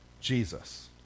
Jesus